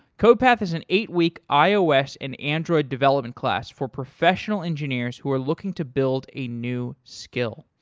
codepath is an eight week ios and android development class for professional engineers who are looking to build a new skill.